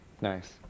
Nice